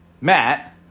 Matt